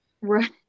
right